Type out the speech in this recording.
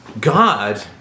God